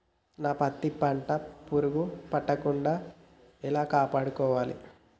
నా పత్తి పంట పురుగు పట్టకుండా ఎలా కాపాడుకోవాలి?